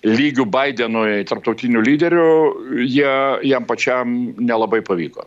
lygiu baidenui tarptautiniu lyderiu jie jam pačiam nelabai pavyko